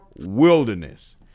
wilderness